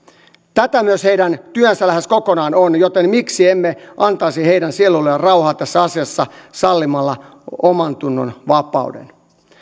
tätä myös heidän työnsä lähes kokonaan on joten miksi emme antaisi heidän sieluilleen rauhaa tässä asiassa sallimalla omantunnonvapauden